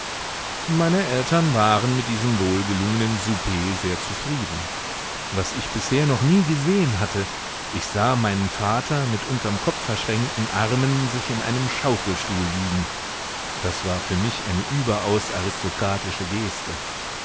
meine eltern waren mit diesem wohlgelungenen souper sehr zufrieden was ich bisher noch nie gesehen hatte ich sah meinen vater mit unterm kopf verschränkten armen sich in einem schaukelstuhl wiegen das war für mich eine überaus aristokratische geste